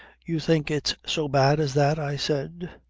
you think it's so bad as that? i said.